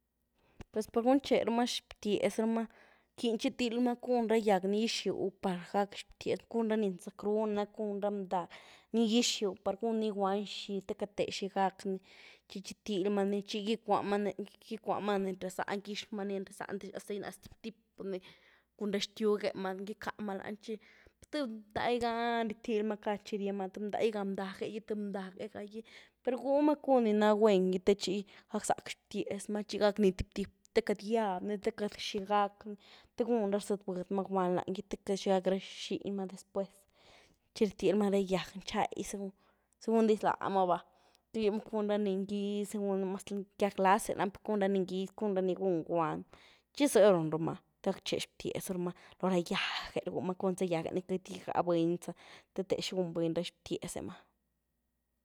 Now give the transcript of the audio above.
Pues par guncherumaa xtíez ramaa rquieny chitilyrumaa cun gyiag ni izhiu par gac' xtíez maa, cun ra ni zac' ru na, cun ra mdag ni gyízhiu par gun ni gwaun xii te queity te chi gac' ni chi chitilymaa ni. chi icwuamaa lanyí icwuamaan entre záhn, quizhmaa entre záhn hasta inas tíep'-tíep' ni cun ra xtyugemaa rcamaa lan chi tïé ndaigan ríétilymaa cad chi ríemaa, tíé ndaiga mdag'ei, tïé mdag'ei, per rgúmaa cun ni ná gwuen gí te chi gac' zac' xpíezmaa, chi gac' ni tíep' tíep', te queity gyiabni, te queity xi gac' ni, te gun ra zat'budymaa gwuan lanyí, te queity xi gac' ra zhinymaa después, chi ríétilymaa ra gyiag n'chai chi segun diz lamaa ba, chi rgyielmaa cun ra ni ngíz, cun maz gyiag n'laze nan, cun ra ni ngíz cun ra ni gun gwaun, chi zïé run ramaa te gac' chie xtíez ramaa lora gyiagéh, rgúmaa con zá gyiagéh queity igá buny, té téh xigun buny ra xtíez'emaa.